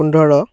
পোন্ধৰ